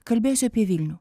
kalbėsiu apie vilnių